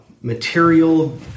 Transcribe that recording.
material